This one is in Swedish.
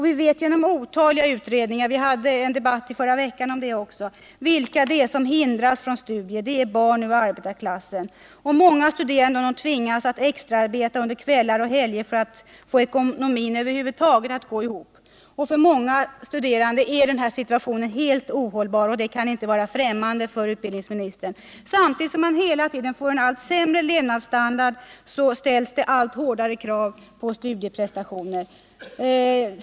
Vi vet genom otaliga utredningar — och vi hade en debatt om det i förra veckan också — vilka det är som hindras från studier: det är barn ur arbetarklassen. Många studerande tvingas att extraarbeta under kvällar och helger för att få ekonomin att gå ihop. För många studerande är situationen helt ohållbar, vilket inte heller kan vara främmande för utbildningsministern. Samtidigt som man hela tiden får en allt sämre levnadsstandard ställs det allt hårdare krav på studieprestationer.